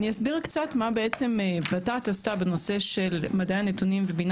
אני אסביר קצת מה ות"ת עשתה בנושא של מדעי הנתונים ובינה